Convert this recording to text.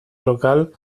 local